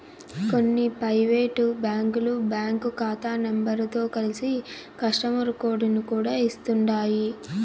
కొన్ని పైవేటు బ్యాంకులు బ్యాంకు కాతా నెంబరుతో కలిసి కస్టమరు కోడుని కూడా ఇస్తుండాయ్